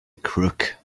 crook